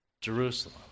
Jerusalem